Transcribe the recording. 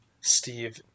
Steve